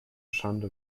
schande